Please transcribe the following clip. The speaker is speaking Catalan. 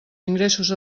ingressos